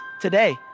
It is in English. today